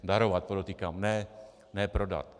Darovat, podotýkám, ne prodat.